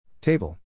Table